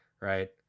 right